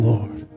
Lord